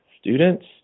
students